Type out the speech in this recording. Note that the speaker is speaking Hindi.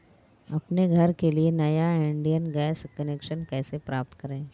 अपने घर के लिए नया इंडियन गैस कनेक्शन कैसे प्राप्त करें?